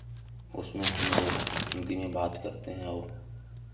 उसमें हमलोग हिन्दी में बात करते हैं और